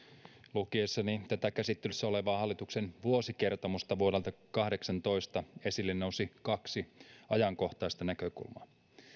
lukiessani tätä käsittelyssä olevaa hallituksen vuosikertomusta vuodelta kahdeksantoista esille nousi kaksi ajankohtaista näkökulmaa